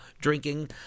drinking